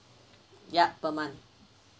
yup per month